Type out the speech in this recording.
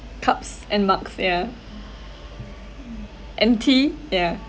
cups and mugs yeah and tea yeah